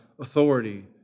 authority